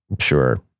sure